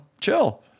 chill